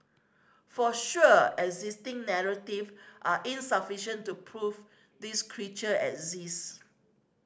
for sure existing narrative are insufficient to prove this creature exist